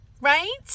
Right